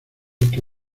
que